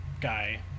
guy